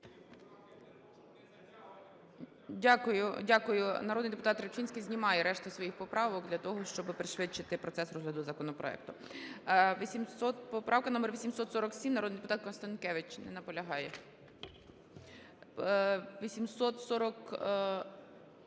Дякую. Народний депутат Рибчинський знімає решту своїх поправок для того, щоби пришвидшити процес розгляду законопроекту. Поправка номер 847, народний депутат Констанкевич. Не наполягає.